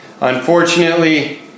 Unfortunately